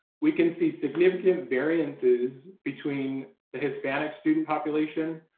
we can see significant variances between the hispanic student population.